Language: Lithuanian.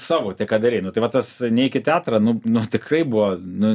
savo tai ką darei nu tai va tas neik į teatrą nu nu tikrai buvo nu